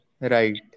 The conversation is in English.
Right